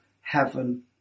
heaven